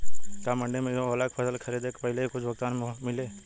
का मंडी में इहो होला की फसल के खरीदे के पहिले ही कुछ भुगतान मिले?